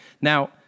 Now